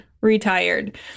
retired